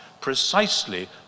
precisely